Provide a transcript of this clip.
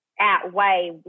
outweigh